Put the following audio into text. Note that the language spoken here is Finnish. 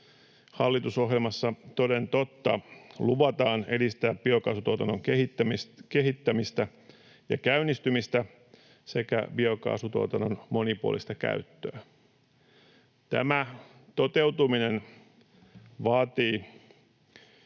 Hallitusohjelmassa toden totta luvataan edistää biokaasutuotannon kehittämistä ja käynnistymistä sekä biokaasutuotannon monipuolista käyttöä. Tämän toteutuminen vaatii,